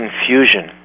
confusion